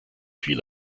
viel